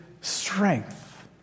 strength